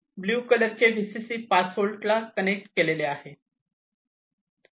हे blue colour चे VCC 5 volt ला कनेक्ट केलेले आहे